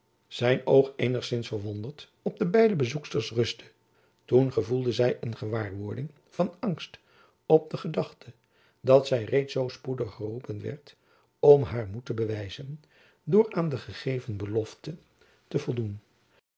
zijn oog eenigzins verwonderd op de beide bezoeksters rustte toen gevoelde zy een gewaarwording van angst op de gedachte dat zy reeds zoo spoedig geroepen jacob van lennep elizabeth musch werd om baar moed te bewijzen door aan de gegeven belofte te voldoen